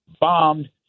bombed